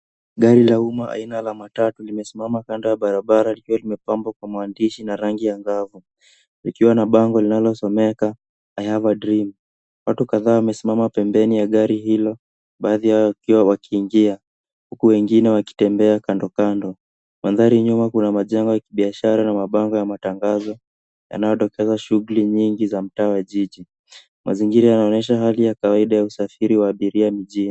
Gari la umma aina la matatu limesimama kando ya barabara likiwa limepambwa kwa maandishi na rangi angavu likiwa na bango linalosomeka I have a dream . Watu kadhaa wamesimama pembeni ya gari hilo baadhi yao wakiingia huku wengine wakitembea kandokando. Mandhari ya nyuma kuna majengo ya kibiashara na mabango ya matangazo yanayodokeza shughuli nyingi za mtaa wa jiji. Mazingira yanaonyesha hali ya kawaida ya usafiri wa abiria mjini.